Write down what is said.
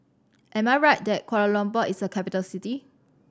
am I right that Kuala Lumpur is a capital city